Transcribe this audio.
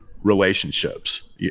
relationships